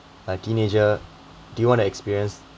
a teenager do you want to experience